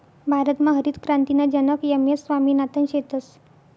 भारतमा हरितक्रांतीना जनक एम.एस स्वामिनाथन शेतस